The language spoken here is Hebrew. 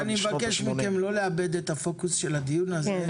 אני מבקש מכם לא לאבד את הפוקוס של הדיון הזה.